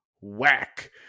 whack